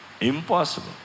Impossible